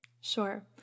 Sure